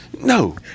No